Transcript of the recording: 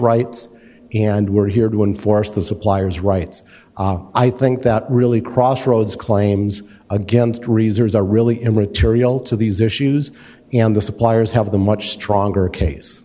rights and we're here to enforce the suppliers rights i think that really crossroads claims against reserves are really immaterial to these issues and the suppliers have a much stronger case